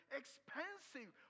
expensive